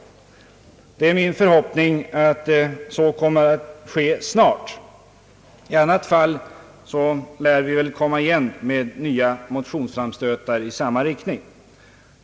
Det är min förhoppning att så kommer att ske snart. I annat fall lär vi komma igen med nya framstötar i samma riktning.